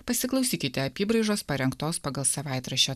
pasiklausykite apybraižos parengtos pagal savaitraščio